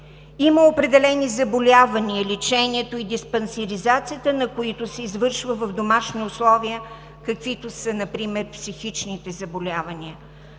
Има определени заболявания, лечението и диспансеризацията на които се извършва в домашни условия, каквито са, например, психичните заболявания.